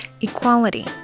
equality